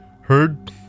heard